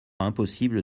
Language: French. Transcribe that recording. impossible